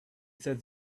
says